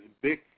big